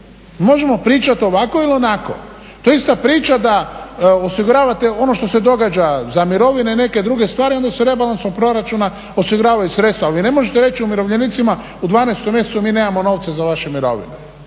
Možemo pričati ovako ili onako. To je ista priča da osiguravate ono što se događa za mirovine, neke druge stvari, onda se rebalansom proračuna osiguravaju sredstva. Ali ne možete reći umirovljenicima u 12 mjesecu mi nemamo novce za vaše mirovine.